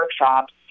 workshops